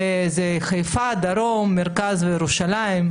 חיפה, דרום, מרכז וירושלים.